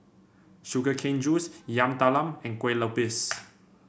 Sugar Cane Juice Yam Talam and Kue Lupis